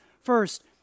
First